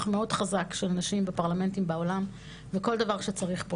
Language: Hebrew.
מאוד חזק של נשים ופרלמנטים בעולם וכל דבר שצריך פה